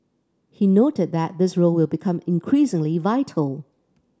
he noted that this role will become increasingly vital